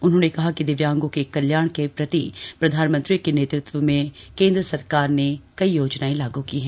उन्होंने कहा कि दिव्यांगों के कल्याण के प्रति प्रधानमंत्री के नेतृत्व में केंद्र सरकार ने कई योजनाएं लागू की हैं